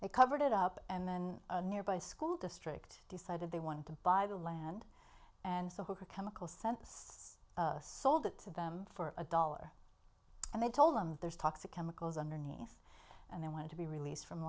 they covered it up and then a nearby school district decided they wanted to buy the land and so chemical sent it to them for a dollar and they told them there's toxic chemicals underneath and they wanted to be released from